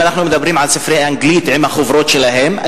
אם אנחנו מדברים על ספרי אנגלית עם החוברות שלהם,